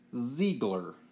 Ziegler